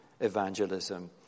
evangelism